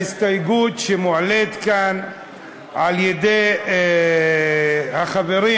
ההסתייגות שמועלית כאן על-ידי החברים,